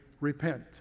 repent